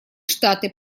штаты